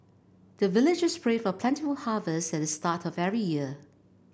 the villagers pray for plentiful harvest at the start of every year